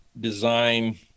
design